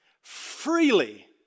Freely